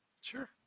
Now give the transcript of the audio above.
Sure